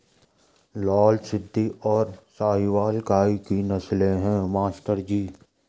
लाल सिंधी और साहिवाल गाय की नस्लें हैं मास्टर जी